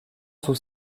tous